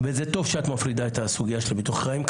וזה טוב שאת מפרידה את הסוגייה של הביטוחי חיים,